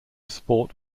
sport